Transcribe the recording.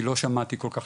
כי לא שמעתי כל כך,